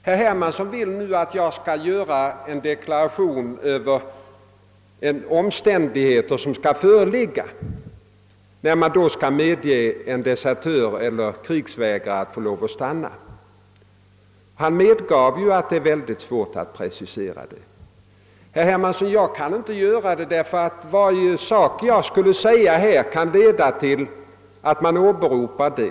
Herr Hermansson vill att jag skall göra en deklaration beträffande de omständigheter som skall föreligga för att en desertör eller krigsvägrare skall få stanna. Men han medgav ju själv att det är mycket svårt att precisera dem! Jag kan inte göra en sådan deklaration herr Hermansson; varje sak jag skulle kunna räkna upp här kan leda till att man åberopar det.